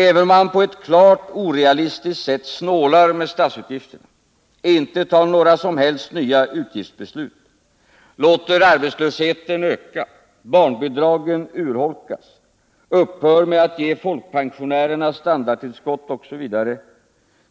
Även om man på ett klart orealistiskt sätt snålar med statsutgifterna, inte tar några som helst nya utgiftsbeslut, låter arbetslösheten öka, barnbidragen urholkas, upphör med att ge folkpensionärerna standardtillskott osv.,